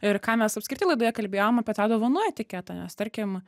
ir ką mes apskritai laidoje kalbėjom apie tą dovanų etiketą nes tarkim